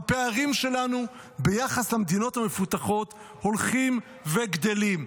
הפערים שלנו ביחס למדינות המפותחות הולכים וגדלים,